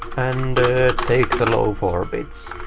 and take the low four bits.